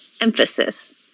emphasis